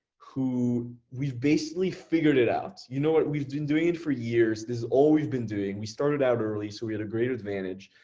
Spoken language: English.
who we've basically figured it out. you know we've been doing it for years. there's always been doing, we started out early, so we had a great advantage.